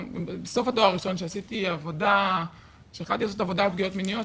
בסוף התואר הראשון כשהתחלתי לעשות עבודה על פגיעות מיניות,